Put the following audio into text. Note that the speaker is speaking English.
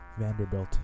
Vanderbilt